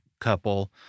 couple